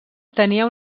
tenia